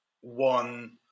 one